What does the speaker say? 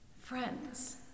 friends